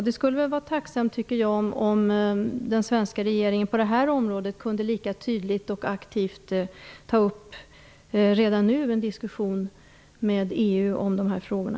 Det skulle väl vara tacksamt om den svenska regeringen på det här området lika tydligt och aktivt redan nu kunde ta upp en diskussion med EU om de här frågorna.